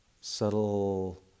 subtle